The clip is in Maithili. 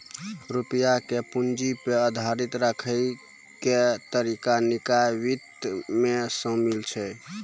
रुपया के पूंजी पे आधारित राखै के तरीका निकाय वित्त मे शामिल छै